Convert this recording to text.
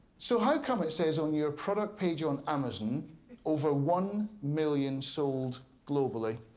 so how come it says on your product page on amazon over one million sold globally?